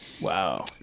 Wow